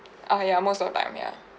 uh ya most of the time ya